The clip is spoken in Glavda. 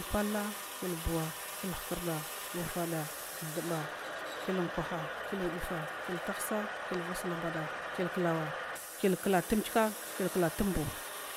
Kyil pal kyil buwa, kyil hkrda, kyil ufada, kyil thuba, kyil unkwaha, kyil udifa, kyil thsa kyil vasl ambada, kyil klawa, kyil klatm kyika kyil kla tmbu.